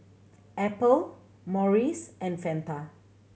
Apple Morries and Fanta